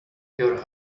your